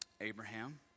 Abraham